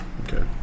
Okay